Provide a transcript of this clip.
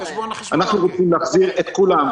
אנחנו רוצים להחזיר את כולם.